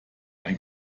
ein